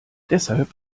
deshalb